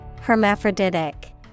Hermaphroditic